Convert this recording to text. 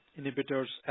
inhibitors